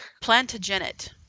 Plantagenet